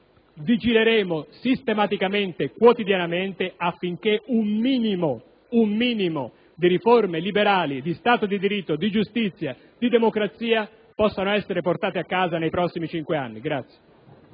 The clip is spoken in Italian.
estrema vigileremo sistematicamente e quotidianamente affinché un minimo di riforme liberali, di Stato di diritto, di giustizia e di democrazia possano essere portate a casa nei prossimi cinque anni.